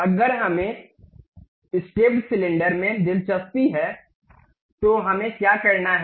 अगर हमें stepped cylinder में दिलचस्पी है तो हमें क्या करना है